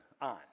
on